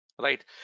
right